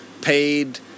Paid